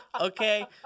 okay